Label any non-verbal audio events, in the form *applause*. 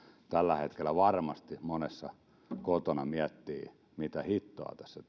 tällä hetkellä varmasti kotona miettivät mitä hittoa tässä *unintelligible*